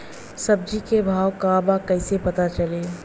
सब्जी के भाव का बा कैसे पता चली?